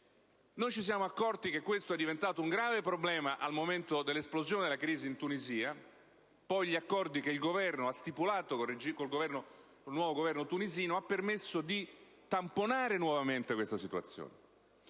Noi ci siamo accorti che questo è diventato un grave problema al momento dell'esplosione della crisi in Tunisia; poi gli accordi che il Governo ha stipulato con il nuovo Governo tunisino hanno permesso di tamponare nuovamente questa situazione.